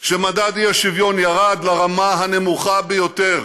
שמדד האי-שוויון ירד לרמה הנמוכה ביותר,